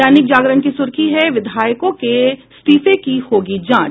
दैनिक जागरण की सुर्खी है विधायकों के इस्तीफों की होगी जांच